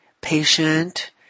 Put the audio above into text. patient